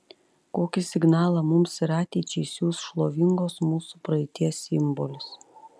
kokį signalą mums ir ateičiai siųs šlovingos mūsų praeities simbolis